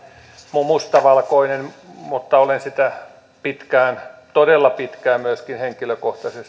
mustavalkoinen mutta olen sitä todella pitkään myöskin henkilökohtaisesti arvioinut